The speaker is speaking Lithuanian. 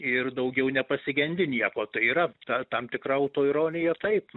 ir daugiau nepasigendi nieko tai yra ta ta tam tikra autoironija taip